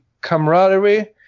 camaraderie